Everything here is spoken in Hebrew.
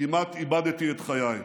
כמעט איבדתי את חיי,